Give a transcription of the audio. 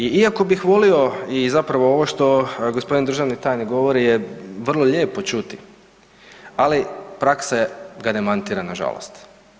I iako bih volio i zapravo ovo što g. državni tajnik govori je vrlo lijepo čuti, ali praksa ga demantira, nažalost.